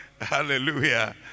hallelujah